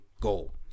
goal